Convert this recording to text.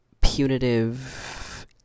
punitive